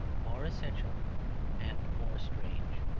more essential and more strange.